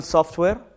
Software؟